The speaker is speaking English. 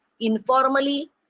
informally